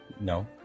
No